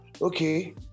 Okay